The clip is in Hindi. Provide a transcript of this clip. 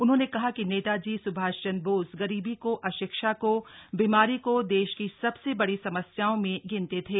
उन्होंने कहा कि नेताजी सुभाष चंद्र बोस गरीबी को अशिक्षा को बीमारी को देश की सबसे बड़ी समस्याओं में गिनते थे